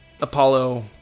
Apollo